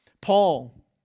Paul